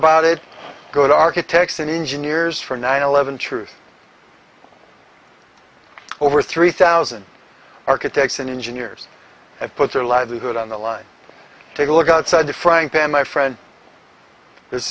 about it go to architects and engineers for nine eleven truth over three thousand architects and engineers and put their livelihood on the line take a look outside the frying pan my friend this